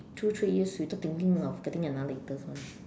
two three years without thinking of getting another latest one